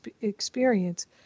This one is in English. experience